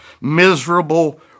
miserable